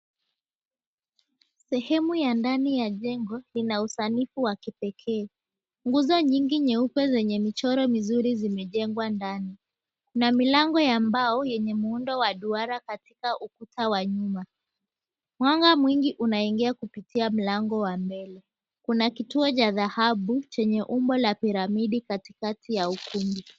Sehemu ya ndani ya jengo ina usanifu wa kipekee; nguzo nyingi nyeupe zenye michoro mizuri zimejengwa ndani, na milango ya mbao yenye muundo wa duara katika ukuta wa nyuma. Mwanga mwingi unaingia kupitia mlango wa mbele. Kuna kituo cha dhahabu chenye umbo la piramidi katikati ya ukumbi.